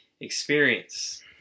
experience